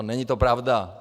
Není to pravda.